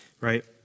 right